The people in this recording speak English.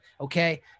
okay